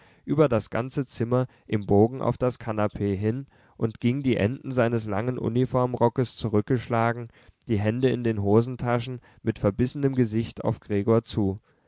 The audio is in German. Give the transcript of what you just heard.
über das ganze zimmer im bogen auf das kanapee hin und ging die enden seines langen uniformrockes zurückgeschlagen die hände in den hosentaschen mit verbissenem gesicht auf gregor zu